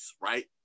right